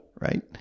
Right